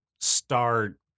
start